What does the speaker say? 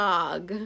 Dog